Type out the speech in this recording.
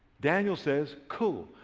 daniel says, cool.